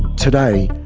today,